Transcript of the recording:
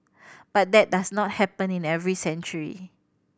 but that does not happen in every century